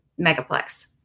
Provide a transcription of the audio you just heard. megaplex